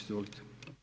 Izvolite.